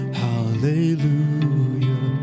hallelujah